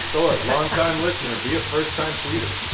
thor, longtime listener be a first-time tweeter